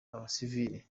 abasivili